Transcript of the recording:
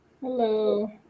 Hello